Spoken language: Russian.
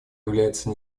является